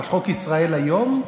על חוק ישראל היום?